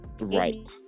Right